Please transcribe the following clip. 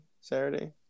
Saturday